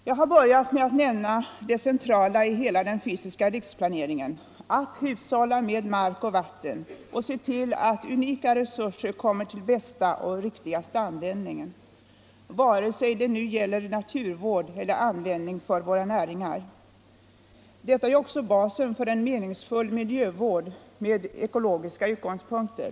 Jag skall börja med att nämna det centrala i hela den fysiska riksplaneringen — att hushålla med mark och vatten och se till att unika resurser kommer till bästa och till riktigaste användning, vare sig det gäller naturvård eller användning för våra näringar. Detta ger också basen för en meningsfull miljövård med ekologiska utgångspunkter.